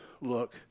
look